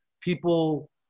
people